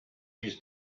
his